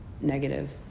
negative